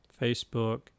Facebook